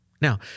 Now